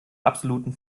absoluten